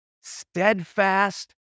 steadfast